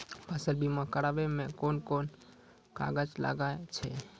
फसल बीमा कराबै मे कौन कोन कागज लागै छै?